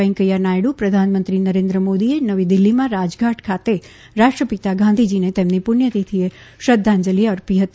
વૈકેયા નાયડુ પ્રધાનમંત્રી નરેન્દ્ર મોદીએ નવી દિલ્લીમાં રાજધાટ ખાતે રાષ્ટ્રપિતા ગાંધીજીને તેમની પુસ્થતિથીએ શ્રધ્ધાંજલિ આપી હતી